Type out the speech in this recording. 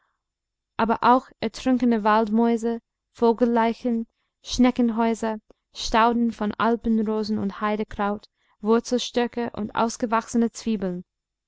aber auch ertrunkene waldmäuse vogelleichen schneckenhäuser stauden von alpenrosen und heidekraut wurzelstöcke und ausgewaschene zwiebeln